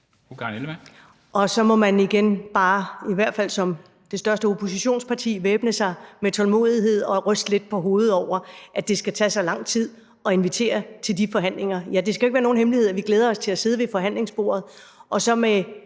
Så må man igen bare – i hvert fald som det største oppositionsparti – væbne sig med tålmodighed og ryste lidt på hovedet over, at det skal tage så lang tid at invitere til de forhandlinger. Ja, det skal jo ikke være nogen hemmelighed, at vi glæder os til at sidde ved forhandlingsbordet med